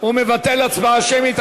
הוא מבטל הצבעה שמית.